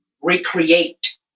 recreate